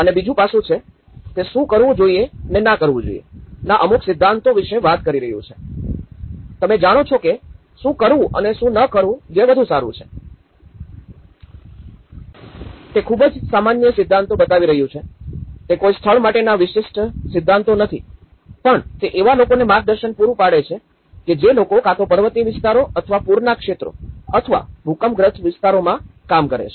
અને બીજો પાસું છે તે શું કરવું જોઈએ ને ના કરવું જોઈએ ના અમુક સિદ્ધાંતો વિશે વાત કરી રહ્યું છે તમે જાણો છો કે શું કરવું અને શું ન કરવું જે વધુ સારું છે તે ખૂબ જ સામાન્ય સિદ્ધાંતો બતાવી રહ્યું છે તે કોઈ સ્થળ માટે વિશિષ્ટ નથી પણ તે એવા લોકો ને માર્ગદર્શન પૂરું પડે છે કે જે લોકો કાં તો પર્વતીય વિસ્તારો અથવા પૂરના ક્ષેત્રો અથવા ભૂકંપગ્રસ્ત વિસ્તારોમાં કામ કરે છે